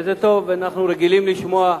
וזה טוב, אנחנו רגילים לשמוע,